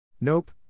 Nope